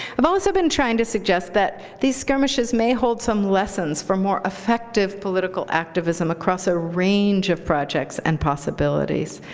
i've also been trying to suggest that these skirmishes may hold some lessons for more effective political activism across a range of projects and possibilities.